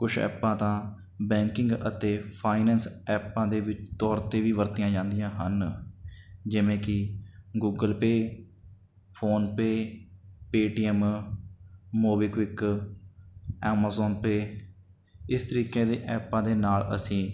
ਕੁਛ ਐਪਾਂ ਤਾਂ ਬੈਂਕਿੰਗ ਅਤੇ ਫਾਈਨੈਂਸ ਐਪਾਂ ਦੇ ਵੀ ਤੋਰ 'ਤੇ ਵੀ ਵਰਤੀਆਂ ਜਾਂਦੀਆਂ ਹਨ ਜਿਵੇਂ ਕਿ Google Pay PhonePe Paytm MobiKwik Amazon Pay ਇਸ ਤਰੀਕੇ ਦੀ ਐਪਾਂ ਦੇ ਨਾਲ ਅਸੀਂ